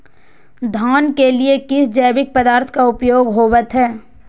धान के लिए किस जैविक पदार्थ का उपयोग होवत है?